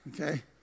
Okay